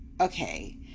okay